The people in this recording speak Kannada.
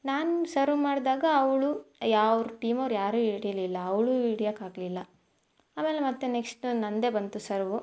ನಾನು ಸರ್ವ್ ಮಾಡಿದಾಗ ಅವಳು ಯಾ ಅವ್ರ ಟೀಮ್ ಅವ್ರು ಯಾರೂ ಹಿಡೀಲಿಲ್ಲ ಅವಳೂ ಹಿಡಿಯೋಕಾಗ್ಲಿಲ್ಲ ಆಮೇಲೆ ಮತ್ತೆ ನೆಕ್ಸ್ಟು ನನ್ನದೇ ಬಂತು ಸರ್ವು